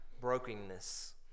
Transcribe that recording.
brokenness